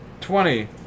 Twenty